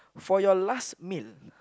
for your last meal